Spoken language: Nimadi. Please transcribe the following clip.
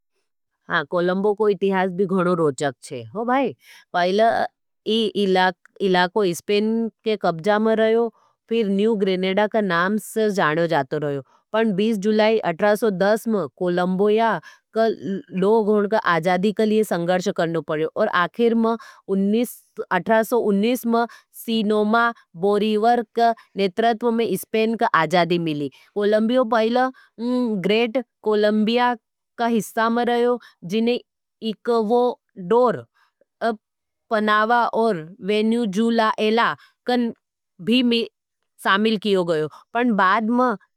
हाँ, कोलम्बो को इतिहास भी गणो रोजक है। हो भाई, पहले इन इलाको स्पेन के कभजा में रहो, फिर न्यू ग्रेनेडा का नाम से जानो जातो रहयो। पर बीस जुलाई अट्ठारह सौ दस में, कोलम्बिया का लोगों का आजादी के लिए संघर्ष करना पड़्यो। और आखिर में उन्नीस अट्ठारह सौ उन्नीस में सीनो मा बोरीवर का नेतृत्व में स्पेन का आजादी मिली। कोलम्बिया पहले ग्रेट कोलम्बिया का हिस्सा में रहयो, जिनने एकवोडोर, पनावा और वेन्यू जूला एला का भी शामिल कियो गयो।